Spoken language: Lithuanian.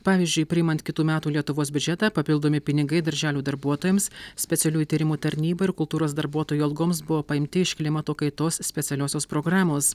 pavyzdžiui priimant kitų metų lietuvos biudžetą papildomi pinigai darželių darbuotojams specialiųjų tyrimų tarnybai ir kultūros darbuotojų algoms buvo paimti iš klimato kaitos specialiosios programos